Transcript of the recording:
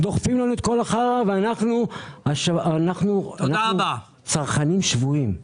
דוחפים לנו את כל הזבל ואנחנו צרכנים שבויים.